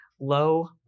low